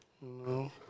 No